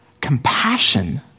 compassion